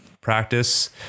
practice